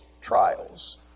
trials